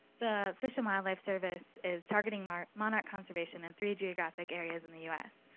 the fish and wildlife service is targeting monarch monarch conservation in three geographic areas in the u s.